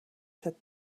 said